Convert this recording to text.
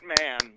man